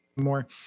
more